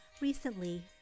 Recently